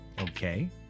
Okay